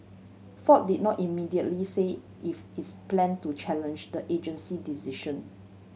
ford did not immediately say if it's plan to challenge the agency decision